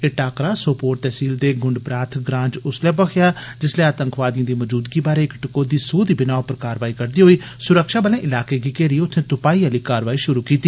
एह् टाकरा सोपोर तहसील दे गुंड बराथ ग्रां च उस्सलै भखेआ जिस्सलै आतंकवादिएं दी मौजूदगी बारै इक टकोहदी सूह दी बिनाह उप्पर कारवाई करदे होई सुरक्षाबलें इलाके गी घेरियै उत्थे तुपाई आली कारवाई षुरु कीती